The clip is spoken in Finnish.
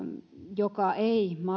joka ei